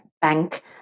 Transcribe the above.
bank